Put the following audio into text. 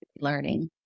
learning